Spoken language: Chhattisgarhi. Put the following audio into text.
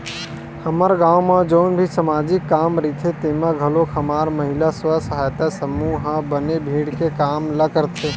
हमर गाँव म जउन भी समाजिक काम रहिथे तेमे घलोक हमर महिला स्व सहायता समूह ह बने भीड़ के काम ल करथे